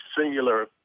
singular